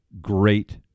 great –